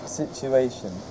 situation